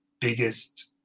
biggest